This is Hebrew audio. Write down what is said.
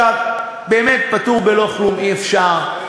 עכשיו, באמת פטור בלא כלום אי-אפשר.